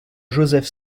joseph